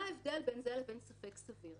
מה ההבדל בין זה לבין ספק סביר?